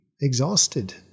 exhausted